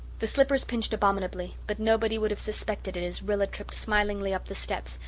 the slippers pinched abominably, but nobody would have suspected it as rilla tripped smilingly up the steps,